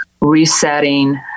resetting